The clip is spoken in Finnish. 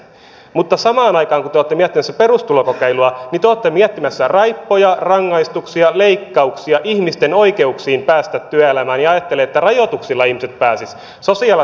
mutta samaan aikaan kun te olette miettimässä perustulokokeilua niin te olette miettimässä raippoja rangaistuksia leikkauksia ihmisten oikeuksiin päästä työelämään ja ajattelette että rajoituksilla ihmiset pääsisivät